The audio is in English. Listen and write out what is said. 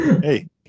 Hey